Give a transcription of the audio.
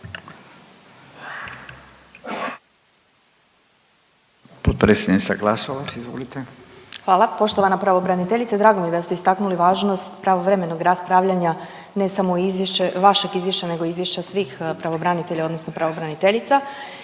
izvolite. **Glasovac, Sabina (SDP)** Hvala. Poštovana pravobraniteljice drago mi je da ste istaknuli važnost pravovremenog raspravljanja ne samo vašeg izvješća nego izvješća svih pravobranitelja odnosno pravobraniteljica.